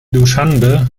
duschanbe